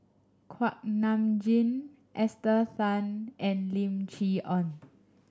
Kuak Nam Jin Esther Tan and Lim Chee Onn